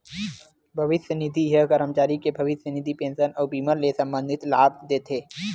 भविस्य निधि ह करमचारी के भविस्य निधि, पेंसन अउ बीमा ले संबंधित लाभ देथे